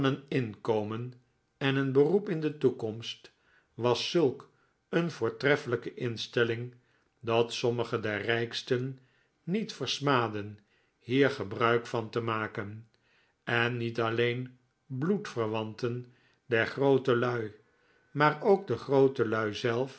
inkomen en een beroep in de toekomst was zulk een voortreffelijke instelling dat sommige der rijksten niet versmaadden hier gebruik van te maken en niet alleen bloedverwanten der grootelui maar ook de grootelui zelf